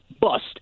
bust